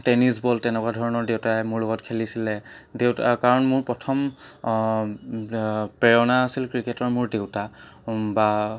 tennis ball তেনেকুৱা ধৰণৰ দেউতাই মোৰ লগত খেলিছিলে দেউ কাৰণ মোৰ প্ৰথম প্ৰেৰণা আছিল ক্ৰিকেটৰ মোৰ দেউতা বা